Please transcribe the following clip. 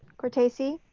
cortese,